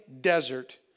desert